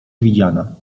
widziana